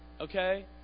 Okay